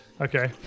okay